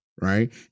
right